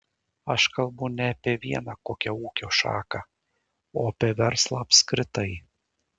aš kalbu ne apie vieną kokią ūkio šaką o apie verslą apskritai